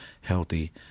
healthy